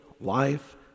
life